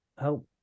help